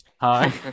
Hi